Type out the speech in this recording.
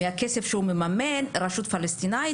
מהכסף שהוא מממן את הרשות פלסטינית,